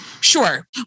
Sure